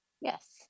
Yes